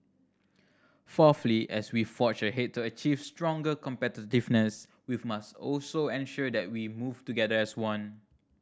fourthly as we forge ahead to achieve stronger competitiveness we've must also ensure that we move together as one